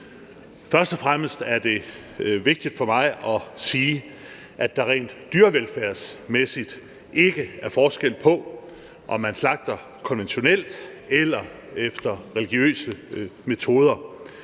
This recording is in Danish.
Først og fremmest er det vigtigt for mig at sige, at der rent dyrevelfærdsmæssigt ikke er forskel på, om man slagter konventionelt eller efter religiøse metoder,